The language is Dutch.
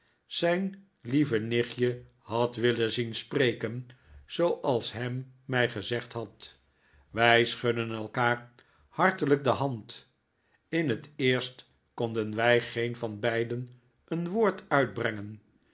zijn lieve nichtje had willen zien spreken zooals ham mij gezegd had wij schudden elkaar hartelijk de hand in het eerst konden wij geen van beiden een woord uitbrengen